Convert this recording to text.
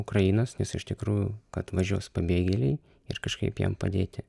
ukrainos nes iš tikrųjų kad važiuos pabėgėliai ir kažkaip jiem padėti